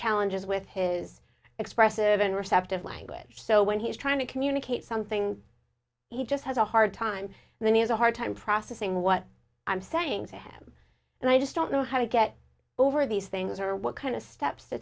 challenges with his expressive and receptive language so when he's trying to communicate something he just has a hard time and then he has a hard time processing what i'm saying to him and i just don't know how to get over these things or what kind of steps to